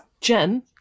Jen